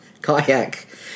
Kayak